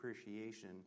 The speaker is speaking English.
appreciation